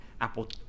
Apple